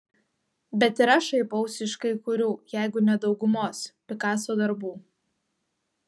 bet ir aš šaipausi iš kai kurių jeigu ne daugumos pikaso darbų